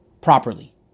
properly